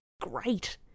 great